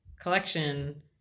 collection